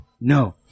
no